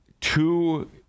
Two